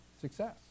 success